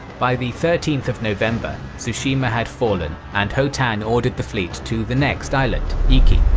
by the thirteenth of november, tsushima had fallen and ho-tan ordered the fleet to the next island, iki.